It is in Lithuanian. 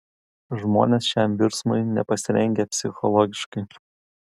žmonės šiam virsmui nepasirengę psichologiškai